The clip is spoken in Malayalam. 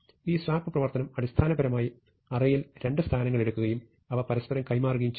ഈ സ്വാപ്പ് പ്രവർത്തനം അടിസ്ഥാനപരമായി അറേയിൽ രണ്ട് സ്ഥാനങ്ങൾ എടുക്കുകയും അവ പരസ്പരം കൈമാറുകയും ചെയ്യുന്നു